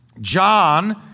John